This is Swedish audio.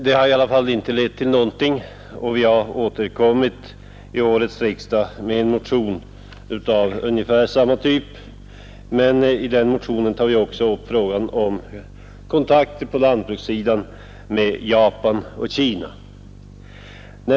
Den skrivningen har ändå inte lett till någonting, och vi har återkommit vid årets riksdag med en motion av ungefär samma typ; i den motionen tar vi emellertid också upp frågan om kontakter på lantbrukssidan med Japan och Kina.